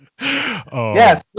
yes